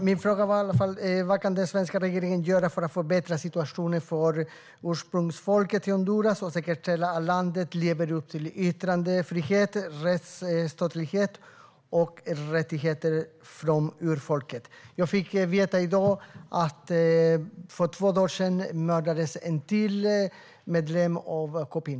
Herr talman! Min fråga är: Vad kan den svenska regeringen göra för att förbättra situationen för Honduras ursprungsfolk och säkerställa att landet lever upp till yttrandefrihet, rättsstatlighet och rättigheter för urfolk? Jag fick i dag veta att ännu en medlem av Copinh mördades för två dagar sedan.